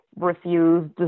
refused